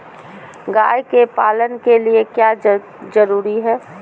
गाय के पालन के लिए क्या जरूरी है?